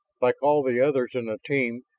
like all the others in the team,